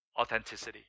authenticity